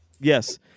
Yes